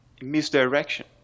misdirection